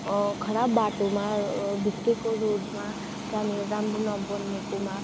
खराब बाटोमा भत्किएको रोडमा त्यहाँनिर राम्रो नबनिएकोमा